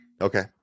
Okay